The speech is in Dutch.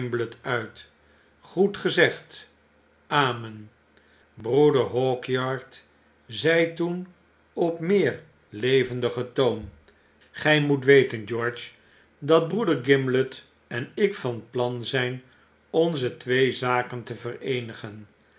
uit goed gezegd amen broeder hawkyard zei toen op meer levendigen toon gy moet weten george dat broeder gimblet en ik van plan zyn onze twee zaken te vereenigen